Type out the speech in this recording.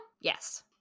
Yes